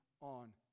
on